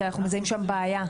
כי אנחנו מזהים שם בעיה.